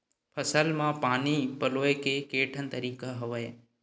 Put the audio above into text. फसल म पानी पलोय के केठन तरीका हवय?